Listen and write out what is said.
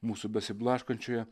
mūsų besiblaškančioje